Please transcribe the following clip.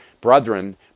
brethren